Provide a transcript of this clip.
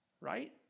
Right